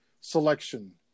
selection